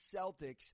Celtics